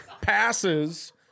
passes